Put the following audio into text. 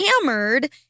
hammered